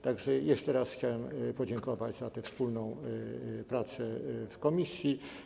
Tak że jeszcze raz chciałem podziękować za tę wspólną pracę w komisji.